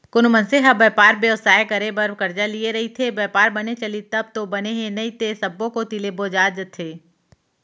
कोनो मनसे ह बयपार बेवसाय करे बर करजा लिये रइथे, बयपार बने चलिस तब तो बने हे नइते सब्बो कोती ले बोजा जथे